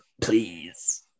please